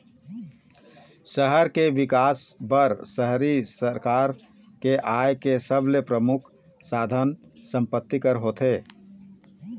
सहर के बिकास बर शहरी सरकार के आय के सबले परमुख साधन संपत्ति कर होथे